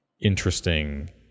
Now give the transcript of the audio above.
interesting